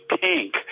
pink